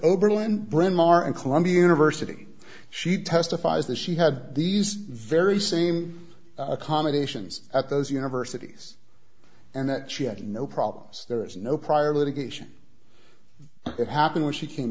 oberlin bryn mawr and columbia university she testifies that she had these very same accommodations at those universities and that she had no problems there is no prior litigation that happened when she came